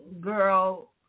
girl